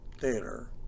theater